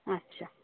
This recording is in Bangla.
আচ্ছা